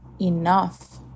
enough